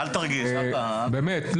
באמת,